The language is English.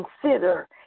consider